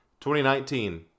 2019